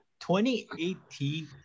2018